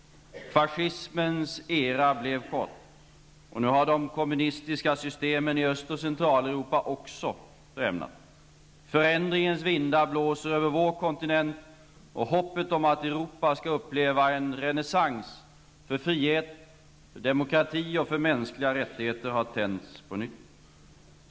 Fascismens era blev kort, och nu har de kommunistiska systemen i Öst och Centraleuropa också rämnat. Förändringens vindar blåser över vår kontinent, och hoppet om att Europa skall uppleva en renässans för frihet, demokrati och mänskliga rättigheter har tänts på nytt.